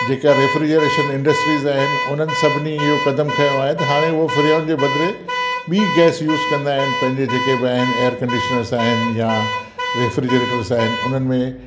जेका refrigeration industries आहिनि उन्हनि सभिनी इहो क़दमु खंयो आहे त हाणे उहो फ्री ऑन जे बदिरे ॿी गैस यूस कंदा आहिनि पंहिंजे जेके ॿ आहिनि एयर कंडीशनर्स आहिनि या रेफ्रिजरेटर्स आहिनि उन्हनि में